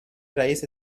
رئیس